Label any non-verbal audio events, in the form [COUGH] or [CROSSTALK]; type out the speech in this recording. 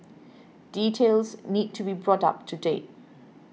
[NOISE] details need to be brought up to date